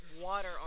water